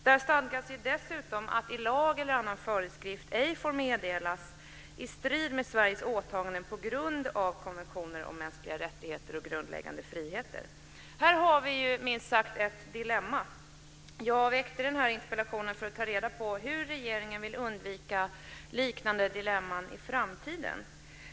Där stadgas dessutom att lag eller annan föreskrift ej får meddelas i strid med Sveriges åtaganden på grund av konventioner om mänskliga rättigheter och grundläggande friheter. Här har vi minst sagt ett dilemma. Jag väckte den här interpellationen för att ta reda på hur regeringen vill undvika liknande dilemman i framtiden.